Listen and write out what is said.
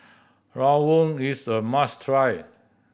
rawon is a must try